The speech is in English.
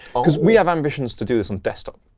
because we have ambitions to do this on desktop,